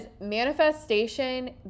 manifestation